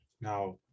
Now